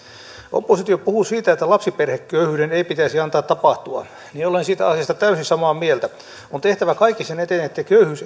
oppositio puhuu siitä että lapsiperheköyhyyden ei pitäisi antaa tapahtua ja olen siitä asiasta täysin samaa mieltä on tehtävä kaikki sen eteen että köyhyys